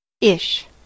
Ish